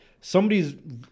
Somebody's